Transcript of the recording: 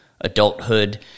adulthood